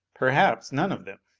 perhaps none of them.